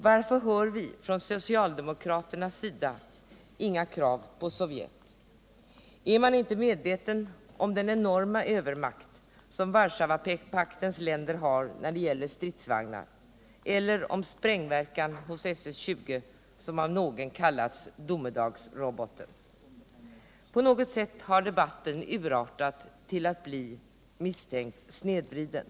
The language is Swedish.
Varför hör vi från socialdemokraternas sida inga krav på Sovjet? Är man inte medveten om den enorma övermakt som Warszawapaktens länder har när det gäller stridsvagnar eller om sprängverkan hos SS 20, som av någon kallats domedagsroboten? På något sätt har debatten urartat till att bli misstänkt snedvriden.